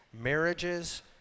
marriages